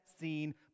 seen